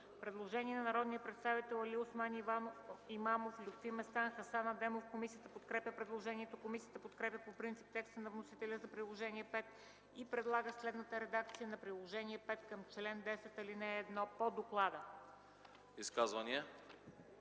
предложение на народните представители Алиосман Имамов, Лютви Местан, Хасан Адемов. Комисията подкрепя предложението. Комисията подкрепя по принцип текста на вносителя по Приложение № 5 и предлага следната редакция на Приложение № 5, чл. 10, ал. 1 по доклада. ПРЕДСЕДАТЕЛ